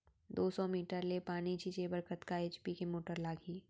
दो सौ मीटर ले पानी छिंचे बर कतका एच.पी के मोटर लागही?